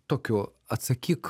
tokiu atsakyk